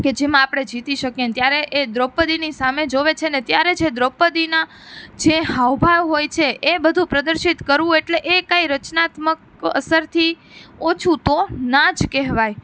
કે જેમાં આપણે જીતી શકીએ ત્યારે એ દ્રોપદીની સામે જોવે છે ને ત્યારે જે દ્રોપદીના જે હાવભાવ હોય છે એ બધું પ્રદર્શિત કરવું એટલે એ કાઈ રચનાત્મક અસરથી ઓછું તો ના જ કહેવાય